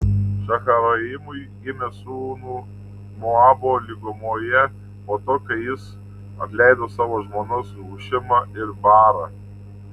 šaharaimui gimė sūnų moabo lygumoje po to kai jis atleido savo žmonas hušimą ir baarą